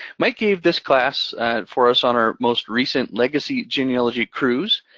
mike gave this class for us on our most recent legacy genealogy cruise,